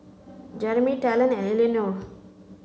Jerimy Talen and Eleanore